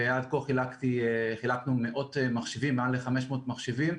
ועד כה חילקנו מאות מחשבים, מעל ל-500 מחשבים.